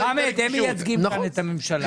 חמד, הם מייצגים כאן את הממשלה.